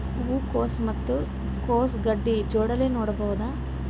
ಹೂ ಕೊಸು ಮತ್ ಕೊಸ ಗಡ್ಡಿ ಜೋಡಿಲ್ಲೆ ನೇಡಬಹ್ದ?